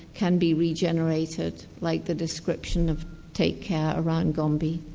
can be regenerated, like the description of take care around gombe.